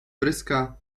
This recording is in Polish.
pryska